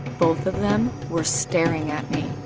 both of them were staring at me.